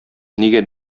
нигә